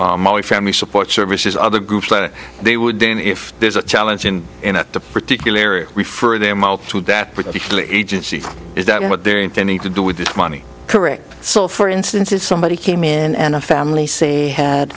family family support services other groups that they would then if there's a challenge in in a particular area refer them to that particular agency is that what they're intending to do with this money correct so for instance if somebody came in and a family say had